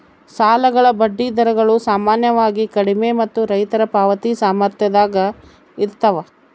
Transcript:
ಸಾಲಗಳ ಬಡ್ಡಿ ದರಗಳು ಸಾಮಾನ್ಯವಾಗಿ ಕಡಿಮೆ ಮತ್ತು ರೈತರ ಪಾವತಿ ಸಾಮರ್ಥ್ಯದಾಗ ಇರ್ತವ